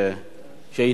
שידע,